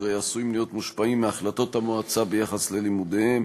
עשויים להיות מושפעים מהחלטות המועצה ביחס ללימודיהם.